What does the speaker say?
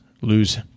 lose